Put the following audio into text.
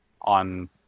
on